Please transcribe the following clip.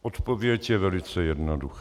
Odpověď je velice jednoduchá.